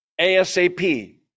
ASAP